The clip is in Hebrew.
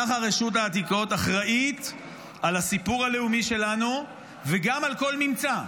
ככה רשות העתיקות אחראית לסיפור הלאומי שלנו וגם על כל ממצא,